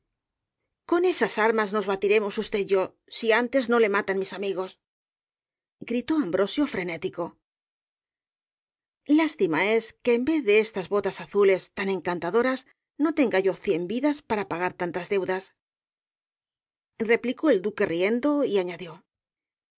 con esas armas nos batiremos usted y yo si antes no le matan mis amigos gritó ambrosio frenético lástima es que en vez de estas botas azules tan encantadoras no tenga yo cien vidas para pagar tantas deudas replicó el duque riendo y añadió